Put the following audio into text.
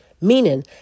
meaning